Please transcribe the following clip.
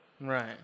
Right